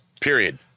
Period